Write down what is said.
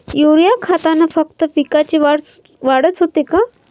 Urea खतानं फक्त पिकाची वाढच होते का?